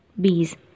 bees